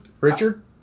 Richard